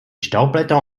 staubblätter